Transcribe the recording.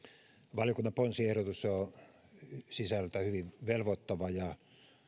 valiokunnan ponsiehdotus on sisällöltään hyvin velvoittava ja